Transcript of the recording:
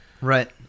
Right